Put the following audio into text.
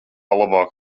labāk